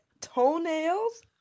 toenails